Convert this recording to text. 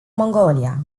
mongolia